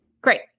Great